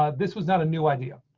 um this was not a new idea,